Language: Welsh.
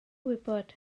gwybod